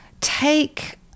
take